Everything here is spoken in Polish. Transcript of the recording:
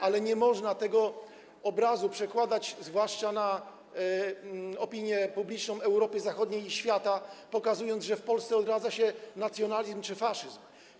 Ale nie można tego obrazu przekładać zwłaszcza na opinię publiczną Europy Zachodniej i świata, pokazując, że w Polsce odradza się nacjonalizm czy faszyzm.